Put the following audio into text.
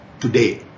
today